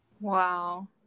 Wow